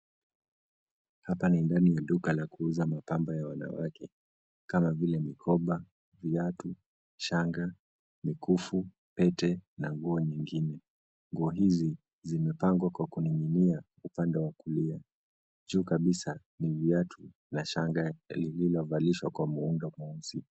Hapa ni ndani ya duka la kuuza mapambo ya wanawake kama vile mikoba viatu shanga mikufu pete na nguo nyingine nguo hizi zimepangwa kwa kuninginia upande wa kulia juu kabisa ni viatu na shanga lililovalishwa kwa muundo mweusi.